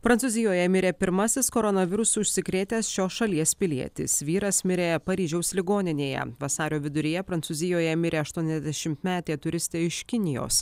prancūzijoje mirė pirmasis koronavirusu užsikrėtęs šios šalies pilietis vyras mirė paryžiaus ligoninėje vasario viduryje prancūzijoje mirė aštuoniasdešimtmetė turistė iš kinijos